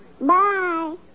Bye